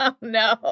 no